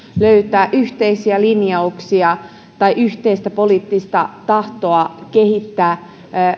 löytää yhteisiä linjauksia tai yhteistä poliittista tahtoa kehittää